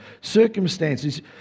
Circumstances